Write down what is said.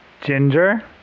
Ginger